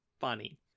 funny